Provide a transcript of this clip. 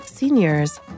seniors